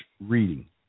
reading